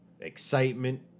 excitement